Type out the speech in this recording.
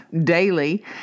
daily